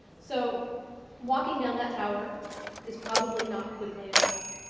so walking down that tower is probably not quickly enough.